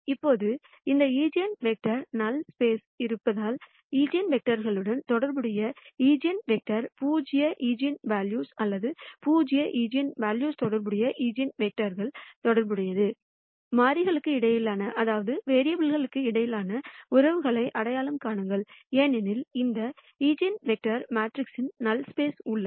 இப்போது இந்த eigenvector null ஸ்பேஸ்இருப்பதால் ஈஜென்வெக்டருடன் தொடர்புடைய ஈஜென்வெக்டர் பூஜ்ஜிய ஈஜென்வெல்யூ அல்லது பூஜ்ஜிய ஈஜென்வெல்யூக்களுடன் தொடர்புடைய ஈஜென்வெக்டர்களுடன் தொடர்புடையது மாறிகளுக்கு இடையிலான உறவுகளை அடையாளம் காணுங்கள் ஏனெனில் இந்த ஈஜென்வெக்டர்கள் மேட்ரிக்ஸின் நல் ஸ்பேஸ் உள்ளன